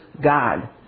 God